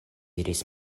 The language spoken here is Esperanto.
iris